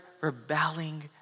rebelling